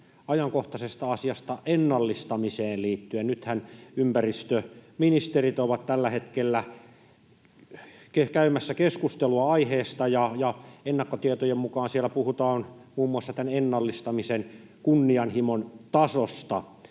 ajankohtaisesta asiasta ennallistamiseen liittyen. Ympäristöministerithän ovat tällä hetkellä käymässä keskustelua aiheesta, ja ennakkotietojen mukaan siellä puhutaan muun muassa ennallistamisen kunnianhimon tasosta.